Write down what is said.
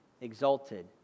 Exalted